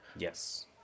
Yes